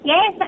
Yes